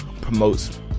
promotes